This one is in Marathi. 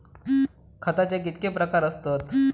खताचे कितके प्रकार असतत?